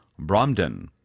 Bromden